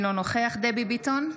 אינו נוכח דבי ביטון,